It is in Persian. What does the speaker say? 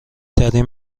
ترین